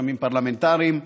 רשמים פרלמנטריים,